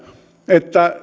että